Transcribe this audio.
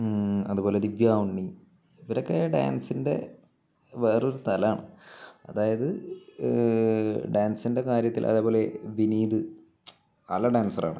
അതുപോലെ ദിവ്യ ഉണ്ണി ഇവരൊക്കെ ഡാൻസിൻ്റെ വേറെയൊരു തലമാണ് അതായത് ഡാൻസിൻ്റെ കാര്യത്തില് അതേപോലെ വിനീത് നല്ല ഡാൻസറാണ്